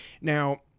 Now